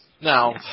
Now